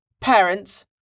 Parents